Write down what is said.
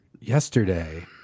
yesterday